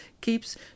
keeps